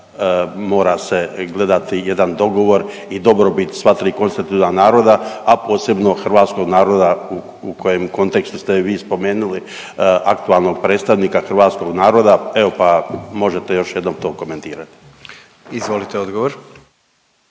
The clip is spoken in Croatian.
mora se gledati jedan dogovor i dobrobit sva tri konstitutivna naroda, a posebno hrvatskog naroda u kojem kontekstu ste vi spomenuli aktualnog predstavnika hrvatskog naroda. Evo pa možete još jednom komentirati. **Jandroković,